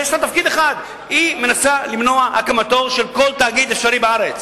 יש לה תפקיד אחד: היא מנסה למנוע את הקמתו של כל תאגיד אפשרי בארץ.